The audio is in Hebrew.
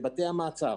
בבתי המעצר,